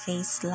Face